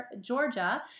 Georgia